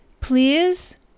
Please